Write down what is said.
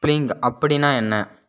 bling அப்படின்னா என்ன